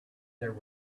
there